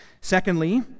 Secondly